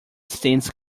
stands